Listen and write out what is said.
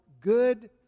good